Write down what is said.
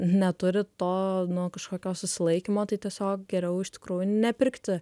neturit to nu kažkokio nu susilaikymo tai tiesiog geriau iš tikrųjų nepirkti